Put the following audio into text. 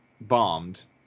bombed